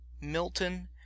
milton